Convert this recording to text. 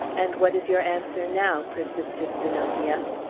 and what is your answer now? persisted zenobia.